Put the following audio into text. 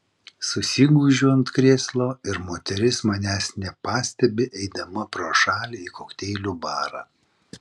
susigūžiu ant krėslo ir moteris manęs nepastebi eidama pro šalį į kokteilių barą